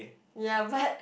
ya but